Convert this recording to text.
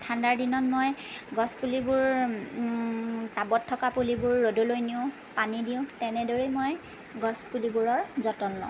ঠাণ্ডাৰ দিনত মই গছপুলিবোৰ টাবত থকা পুলিবোৰ ৰ'দলৈ নিওঁ পানী দিওঁ তেনেদৰেই মই গছপুলিবোৰৰ যতন লওঁ